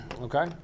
Okay